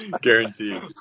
Guaranteed